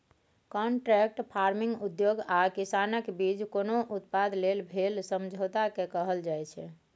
contract farming उद्योग आ किसानक बीच कोनो उत्पाद लेल भेल समझौताकेँ कहल जाइ छै